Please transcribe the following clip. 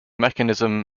mechanism